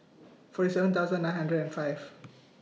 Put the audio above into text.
forty seven thousand nine hundred and five